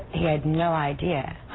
he had no idea.